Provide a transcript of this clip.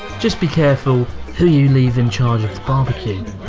just be careful who you leave in charge of the barbecue.